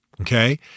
Okay